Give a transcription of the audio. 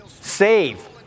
save